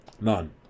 none